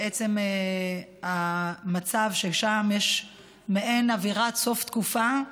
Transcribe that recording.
עצם המצב ששם יש מעין אווירת סוף תקופה,